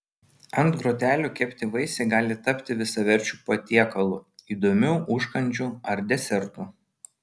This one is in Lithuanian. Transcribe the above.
ant grotelių kepti vaisiai gali tapti visaverčiu patiekalu įdomiu užkandžiu ar desertu